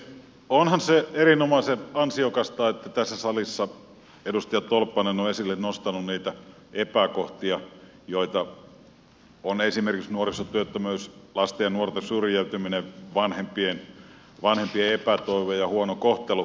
onhan se erinomaisen ansiokasta että tässä salissa edustaja tolppanen on esille nostanut niitä epäkohtia joita on esimerkiksi nuorisotyöttömyys lasten ja nuorten syrjäytyminen vanhempien epätoivo ja huono kohtelu